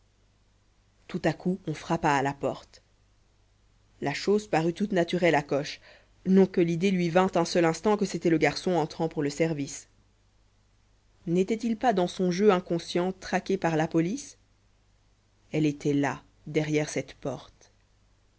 tout à coup on frappa à la porte la chose parut toute naturelle à coche non que l'idée lui vînt un seul instant que c'était le garçon entrant pour le service n'était-il pas dans son jeu inconscient traqué par la police elle était là derrière cette porte